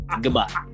Goodbye